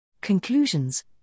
Conclusions